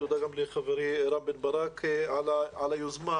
תודה גם לחברי רם בן ברק על היוזמה.